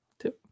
Two